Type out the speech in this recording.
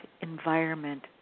environment